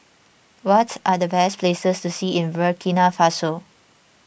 what are the best places to see in Burkina Faso